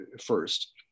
first